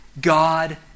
God